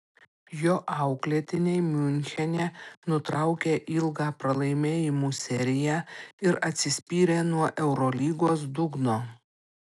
jo auklėtiniai miunchene nutraukė ilgą pralaimėjimų seriją ir atsispyrė nuo eurolygos dugno